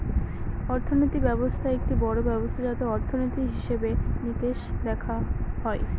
অর্থনীতি ব্যবস্থা একটি বড়ো ব্যবস্থা যাতে অর্থনীতির, হিসেবে নিকেশ দেখা হয়